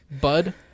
Bud